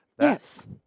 Yes